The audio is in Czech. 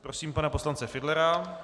Prosím pana poslance Fiedlera.